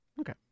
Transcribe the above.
Okay